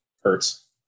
Hurts